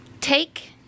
Take